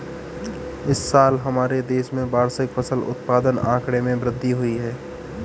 इस साल हमारे देश में वार्षिक फसल उत्पादन आंकड़े में वृद्धि हुई है